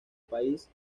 país